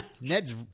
Ned's